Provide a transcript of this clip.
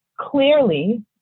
clearly